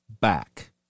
back